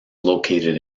located